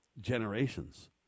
generations